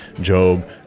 job